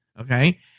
okay